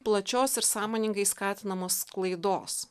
plačios ir sąmoningai skatinamos klaidos